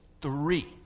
three